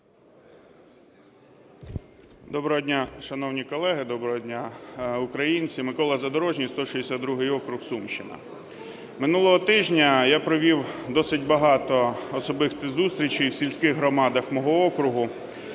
Доброго дня, шановні колеги! Доброго дня, українці. Микола Задорожній, 162 округ, Сумщина. Минулого тижня я провів досить багато особистих зустрічей в сільських громадах мого округу